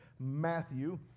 Matthew